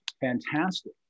fantastic